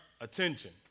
attention